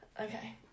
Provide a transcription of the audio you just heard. Okay